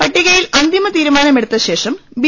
പട്ടികയിൽ അന്തിമ ത്രീരുമാനമെടുത്ത ശേഷം ബി